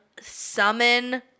summon